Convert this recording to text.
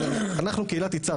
אנחנו קהילת יצהר,